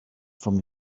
from